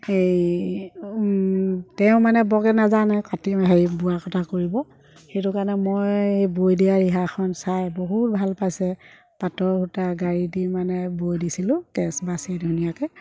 এই তেওঁ মানে বৰকৈ নাজানে কাটি হেৰি বোৱা কটা কৰিব সেইটো কাৰণে মই বৈ দিয়া ৰিহাখন চাই বহুত ভাল পাইছে পাটৰ সূতা গাড়ী দি মানে বৈ দিছিলোঁ কেছ বাছি ধুনীয়াকৈ